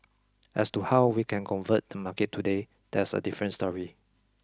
as to how we can convert the market today that's a different story